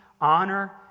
honor